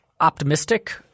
optimistic